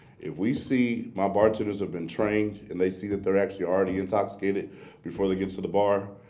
if we see my bartenders have been trained and they see that they're actually already intoxicated before they get to the bar,